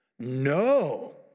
No